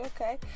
okay